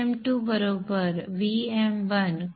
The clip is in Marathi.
Vm2 बरोबर Vm1 cosα